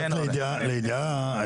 רק לידיעה,